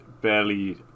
barely